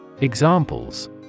Examples